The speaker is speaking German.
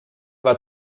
war